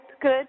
good